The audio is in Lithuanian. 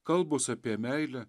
kalbos apie meilę